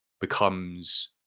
becomes